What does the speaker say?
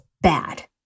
bad